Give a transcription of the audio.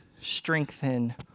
strengthen